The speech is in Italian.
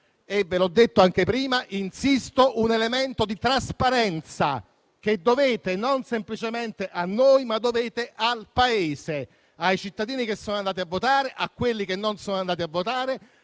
- ve l'ho detto anche prima - un elemento di trasparenza che dovete non semplicemente a noi, ma al Paese, ai cittadini che sono andati a votare, a quelli che non ci sono andati, a tutti